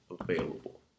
available